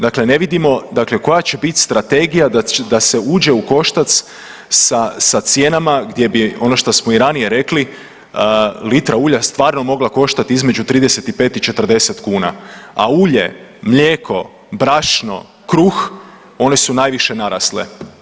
Dakle, ne vidimo dakle koja će biti strategija da se uđe u koštac sa cijenama gdje bi, ono što smo i ranije rekli litra ulja stvarno mogla koštati između 35 i 40 kuna, a ulje, mlijeko, brašno, kruh one su najviše narasle.